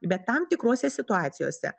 bet tam tikrose situacijose